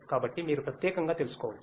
కాబట్టి మీరు ప్రత్యేకంగా తెలుసుకోవచ్చు